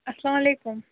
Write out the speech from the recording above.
اَسلامُ علیکُم